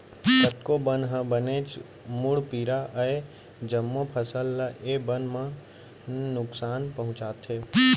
कतको बन ह बनेच मुड़पीरा अय, जम्मो फसल ल ए बन मन नुकसान पहुँचाथे